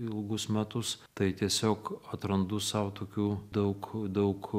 ilgus metus tai tiesiog atrandu sau tokių daug daug